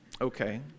Okay